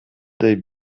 they